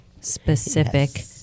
specific